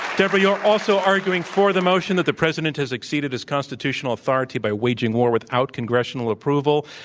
deborah, you're also arguing for the motion that the president has exceeded his constitutional authority by waging war without congressional approval.